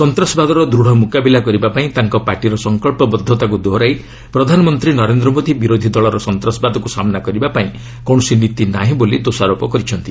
ସନ୍ତାସବାଦର ଦୃଢ଼ ମୁକାବିଲା କରିବା ପାଇଁ ତାଙ୍କ ପାର୍ଟିର ସଂକଳ୍ପବଦ୍ଧତାକୁ ଦୋହରାଇ ପ୍ରଧାନମନ୍ତ୍ରୀ ନରେନ୍ଦ୍ର ମୋଦି ବିରୋଧୀ ଦଳର ସନ୍ତାସବାଦକୁ ସାମନା କରିବା ପାଇଁ କୌଣସି ନୀତି ନାହିଁ ବୋଲି ଦୋଷାରୋପ କରିଛନ୍ତି